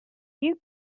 you